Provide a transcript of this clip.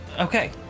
okay